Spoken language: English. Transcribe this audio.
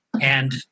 And-